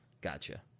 gotcha